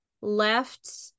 left